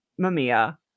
Mamiya